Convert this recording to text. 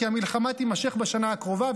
כי המלחמה תימשך בשנה הקרובה,